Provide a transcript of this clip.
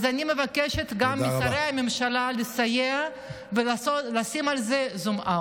אז אני מבקשת גם משרי הממשלה לסייע ולשים על זה זום.